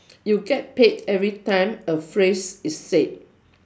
you get paid every time a phrase is said